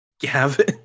Gavin